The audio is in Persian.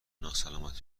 ناسلامتی